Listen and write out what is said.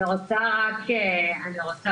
אני רוצה רק לדייק,